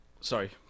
sorry